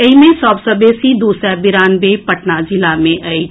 एहि मे सभ सँ बेसी दू सय बिरानवे पटना जिला मे अछि